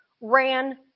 ran